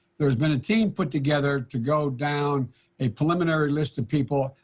there's been a team put together to go down a preliminary list of people,